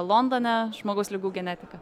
londone žmogaus ligų genetika